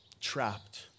trapped